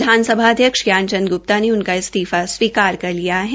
विधानसभा अध्यक्ष ज्ञान चंद गुप्ता ने उनका इस्तीफा स्वीकार कर लिया है